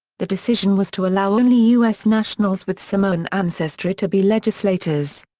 the decision was to allow only u s nationals with samoan ancestry to be legislators.